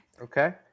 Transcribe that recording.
Okay